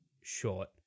short